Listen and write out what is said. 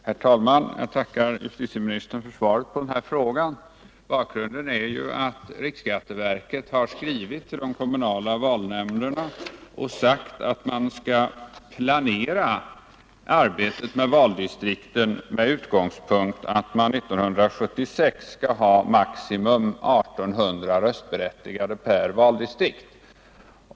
Herr talman! Jag tackar justitieministern för svaret på den här frågan. Bakgrunden är ju att riksskatteverket har skrivit till de kommunala valnämnderna och sagt att de skall planera arbetet med valdistrikten med den utgångspunkten att man 1976 skall ha maximum 1 800 röstberättigade per valdistrikt.